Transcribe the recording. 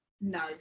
No